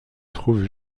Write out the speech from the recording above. trouvent